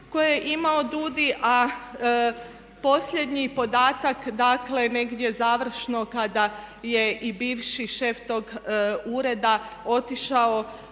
koje je imao DUUDI, a posljednji podatak dakle negdje završno kada je i bivši šef tog ureda otišao